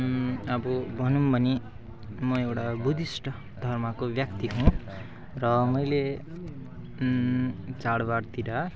अब भनौँ भने म एउटा बुद्धिस्ट धर्मको व्यक्ति हो र मैले चाडबाडतिर